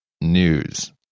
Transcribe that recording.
news